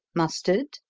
mustard?